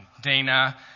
Dana